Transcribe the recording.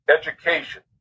education